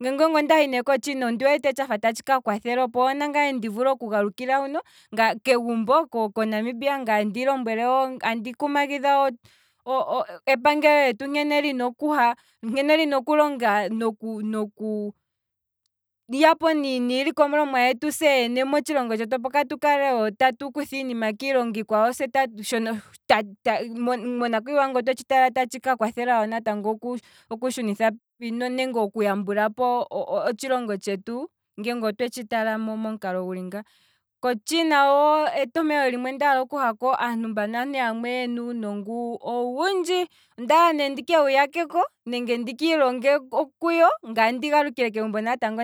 Ngele ondahi ne kochina ondi wete tshafa tatshika kwathela ngele onda galukile huno kegumbo ko- konamibia ngaye andi lombwele wo, andi kumagidha epangelo lyetu nkene lyina okulonga noku noku yapo niilikolomwa yetu se yene, opo tukale itatu kutha iilikolomwa kiilongo iikwawo, se shono ngele otwetshi tala, monakwiiwa tatshi vulu wo okuyambulapo otshilongo tshetu nge otwetshi tala momukalo guli nga, kochina natango etompelo limwe ndaala oku hako, aantu mbaka aantu yamwe yena uunongo owundji, ondaala ne ndike wu yakeko, nenge ndike wutaleko ngaye ndi galukile kegumbo natango